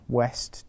west